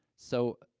so,